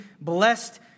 blessed